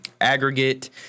aggregate